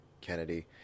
kennedy